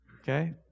okay